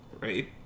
right